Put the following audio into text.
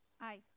Aye